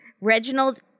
Reginald